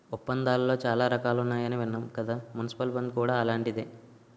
ఒప్పందాలలో చాలా రకాలున్నాయని విన్నాం కదా మున్సిపల్ బాండ్ కూడా అలాంటిదే